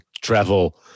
travel